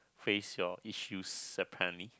face your issues apparently